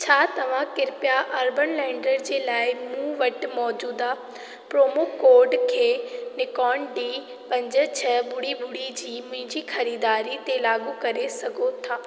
छा तव्हां कृपया अर्बनलैडर जे लाइ मूं वटि मौजूदा प्रोमो कोड खे निकोन डी पंज छ ॿुड़ी ॿुड़ी जी मुंहिंजी ख़रीदारी ते लाॻू करे सघो था